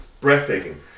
breathtaking